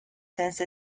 since